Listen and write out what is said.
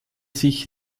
sich